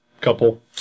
couple